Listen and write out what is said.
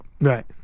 Right